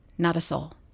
not a soul.